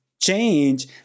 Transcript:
change